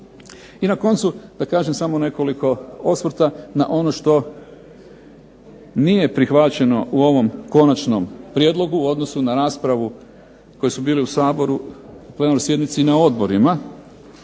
I na koncu da kažem samo nekoliko osvrta na ono što nije prihvaćeno u ovom konačnom prijedlogu u odnosu na raspravu koji su bili u Saboru, plenarnoj sjednici, i na odborima.